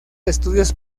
estudios